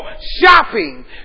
shopping